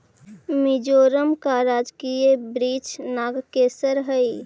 मिजोरम का राजकीय वृक्ष नागकेसर हई